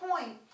point